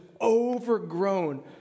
overgrown